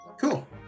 Cool